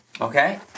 Okay